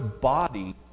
body